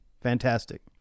Fantastic